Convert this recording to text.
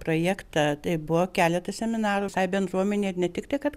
projektą tai buvo keletas seminarų visai bendruomenei ir ne tik tai kad